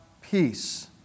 peace